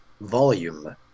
volume